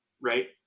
right